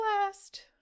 last